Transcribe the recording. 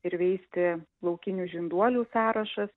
ir veisti laukinių žinduolių sąrašas